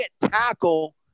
tackle